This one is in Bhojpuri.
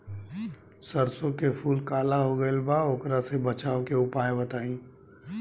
सरसों के फूल काला हो गएल बा वोकरा से बचाव के उपाय बताई?